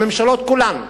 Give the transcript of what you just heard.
הממשלות כולן,